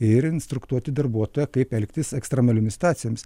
ir instruktuoti darbuotoją kaip elgtis ekstremaliomis situacijomis